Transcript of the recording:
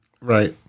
Right